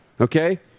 Okay